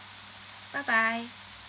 bye bye